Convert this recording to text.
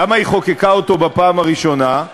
למה היא חוקקה אותו בפעם הראשונה?